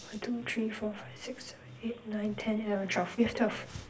one two three four five six seven eight nine ten eleven twelve we've twelve